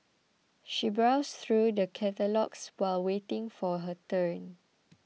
she browsed through the catalogues while waiting for her turn